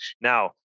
Now